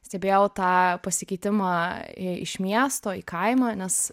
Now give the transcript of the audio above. stebėjau tą pasikeitimą iš miesto į kaimą nes